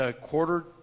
quarter